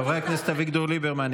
חבר הכנסת אביגדור ליברמן,